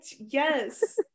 yes